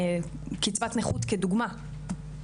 קצבת נכות כדוגמא.